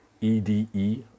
E-D-E